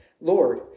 Lord